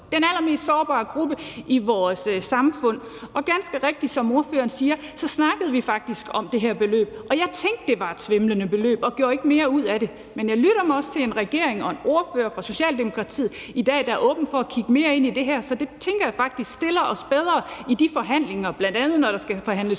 den allermest sårbare gruppe i vores samfund. Ganske rigtigt, som ordføreren siger, snakkede vi faktisk om det her beløb, og jeg tænkte, at det var et svimlende beløb, og gjorde ikke mere ud af det. Men jeg lytter mig også til, at der er en regering og en ordfører fra Socialdemokratiet i dag, der er åbne over for at kigge mere ind i det her, så det tænker jeg faktisk stiller os bedre i de forhandlinger, bl.a. når der skal forhandles